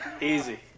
easy